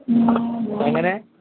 എങ്ങനെ